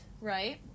right